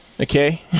Okay